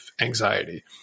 anxiety